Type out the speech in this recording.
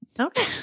Okay